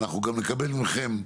אנחנו גם נקבל מכם,